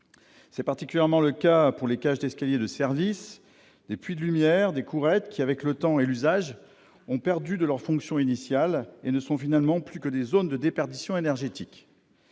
en particulier aux cages d'escalier de service, aux puits de lumière ou aux courettes, qui avec le temps et l'usage ont perdu de leurs fonctions initiales et ne sont finalement plus que des zones de déperdition énergétique.